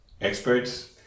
experts